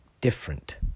different